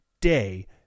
day